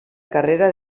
carrera